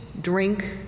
drink